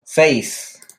seis